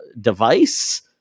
device